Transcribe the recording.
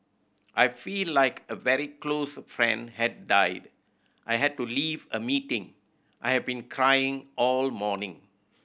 I feel like a very close friend had died I had to leave a meeting I've been crying all morning